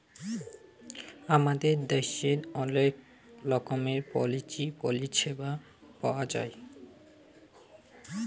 আমাদের দ্যাশের অলেক রকমের পলিচি পরিছেবা পাউয়া যায়